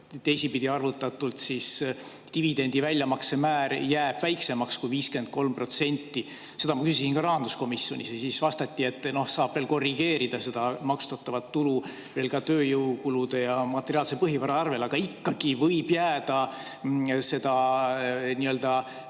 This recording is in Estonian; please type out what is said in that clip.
teisipidi arvutatult jääb dividendi väljamakse määr väiksemaks kui 53%. Seda ma küsisin rahanduskomisjonis ja siis vastati, et saab veel korrigeerida maksustatavat tulu tööjõukulude ja materiaalse põhivara arvel. Aga ikkagi võib jääda nii-öelda